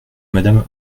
madame